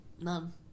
None